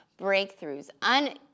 breakthroughs